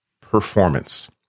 performance